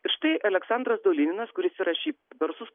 ir štai aleksandras dolininas kuris yra šiaip garsus